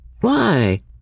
Why